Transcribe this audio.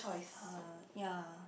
are ya